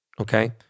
okay